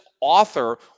author